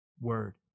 word